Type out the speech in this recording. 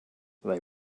they